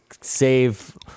save